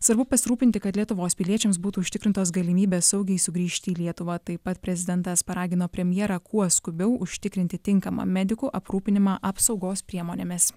svarbu pasirūpinti kad lietuvos piliečiams būtų užtikrintos galimybės saugiai sugrįžti į lietuvą taip pat prezidentas paragino premjerą kuo skubiau užtikrinti tinkamą medikų aprūpinimą apsaugos priemonėmis